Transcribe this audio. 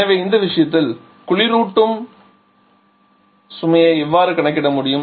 எனவே இந்த விஷயத்தில் குளிரூட்டும் சுமையை எவ்வாறு கணக்கிட முடியும்